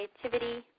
creativity